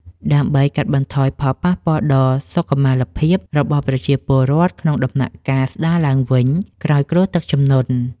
ដើម្បីកាត់បន្ថយផលប៉ះពាល់ដល់សុខុមាលភាពរបស់ប្រជាពលរដ្ឋក្នុងដំណាក់កាលស្តារឡើងវិញក្រោយគ្រោះទឹកជំនន់។